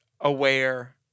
aware